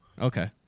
Okay